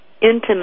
intimate